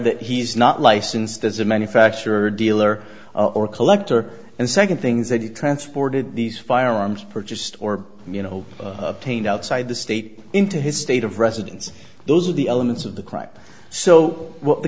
that he's not licensed as a manufacturer or dealer or collector and second things that he transported these firearms purchased or you know taint outside the state into his state of residence those are the elements of the crime so what the